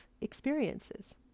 experiences